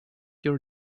your